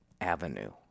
avenue